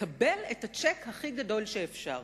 לקבל את הצ'ק הכי גדול שאפשר.